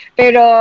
pero